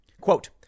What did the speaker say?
quote